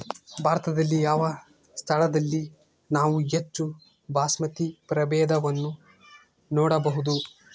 ಭಾರತದಲ್ಲಿ ಯಾವ ಸ್ಥಳದಲ್ಲಿ ನಾವು ಹೆಚ್ಚು ಬಾಸ್ಮತಿ ಪ್ರಭೇದವನ್ನು ನೋಡಬಹುದು?